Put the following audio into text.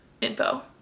info